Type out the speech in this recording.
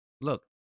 Look